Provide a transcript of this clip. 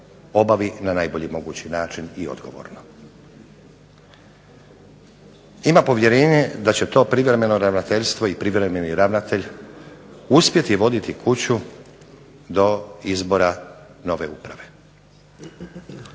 obavi na najbolji mogući način i odgovorno. Ima povjerenje da će to privremeno ravnateljstvo i privremeni ravnatelj uspjeti voditi kuću do izbora nove uprave.